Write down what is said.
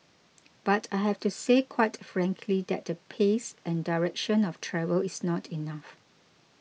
but I have to say quite frankly that the pace and direction of travel is not enough